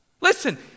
Listen